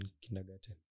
kindergarten